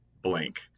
blank